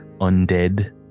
undead